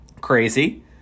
crazy